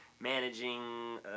managing